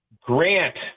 grant